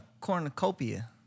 cornucopia